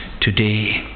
today